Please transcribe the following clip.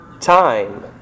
time